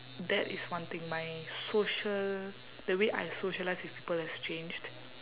that is one thing my social the way I socialise with people has changed